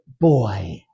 boy